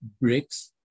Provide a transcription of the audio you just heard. bricks